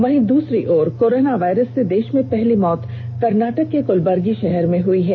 वहीं द्रसरी तरफ कोरोना वायरस से देष में पहली मौत कर्नाटक के कुलबर्गी षहर में हुई है